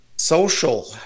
Social